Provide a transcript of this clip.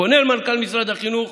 פונה למנכ"ל משרד החינוך,